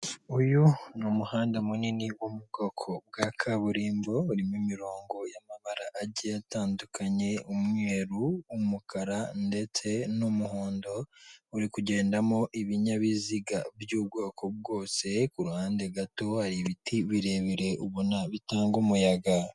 Uyu ni umuhanda munini wo mu bwoko bwa kaburimbo urimo imirongo y'amabara agiye atandukanye umweru, umukara ndetse n'umuhondo uri kugendamo ibinyabiziga by'ubwoko bwose. Ku ruhande gato hari ibiti birebire ubona bitanga umuyaga.